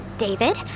David